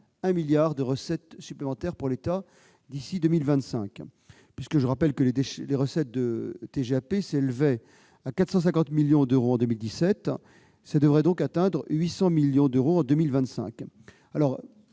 1 milliard d'euros de recettes supplémentaires pour l'État d'ici à 2025. Je rappelle que les recettes de TGAP s'élevaient à 450 millions d'euros en 2017 et devraient donc atteindre 800 millions d'euros en 2025.